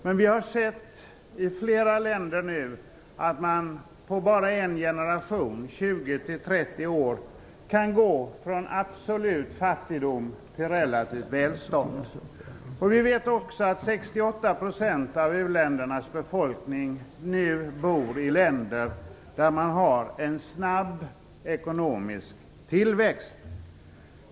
Men vi har sett i flera länder att man nu på bara en generation, 20-30 år, kan gå från absolut fattigdom till relativt välstånd. Vi vet också att 68 % av u-ländernas befolkning nu bor i länder med en snabb ekonomisk tillväxt.